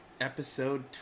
episode